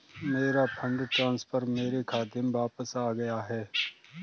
मेरा fund transfer मेरे खाते में वापस आ गया है